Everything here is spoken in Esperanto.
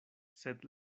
sed